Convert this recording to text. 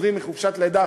חוזרים מחופשת לידה,